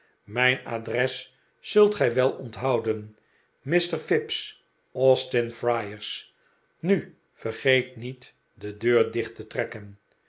mijn adres zult gij wel onthouden mr fips austin friars nu vergeet niet de deur dicht te trekken